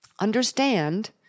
understand